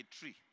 tree